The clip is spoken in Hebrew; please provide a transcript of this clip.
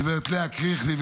גברת לאה קריכלי,